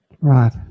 right